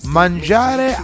mangiare